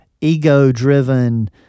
ego-driven